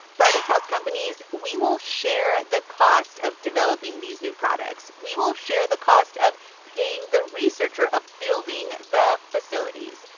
barda tells companies, we will share the cost of developing these new products. we will share the cost of paying the researcher of building the facilities.